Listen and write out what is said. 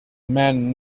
man